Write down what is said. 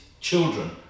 children